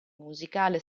musicale